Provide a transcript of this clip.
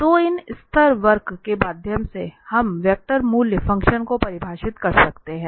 तो इन स्तर वक्र के माध्यम से हम वेक्टर मूल्य फ़ंक्शन को परिभाषित कर सकते हैं